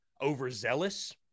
overzealous